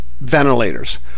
ventilators